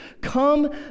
Come